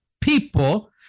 people